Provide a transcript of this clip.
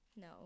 no